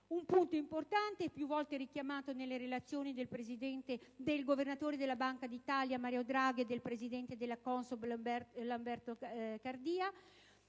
un punto importante e più volte richiamato nelle relazioni del governatore della Banca d'Italia, Mario Draghi, e del presidente della CONSOB, Lamberto Cardia,